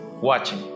watching